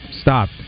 stop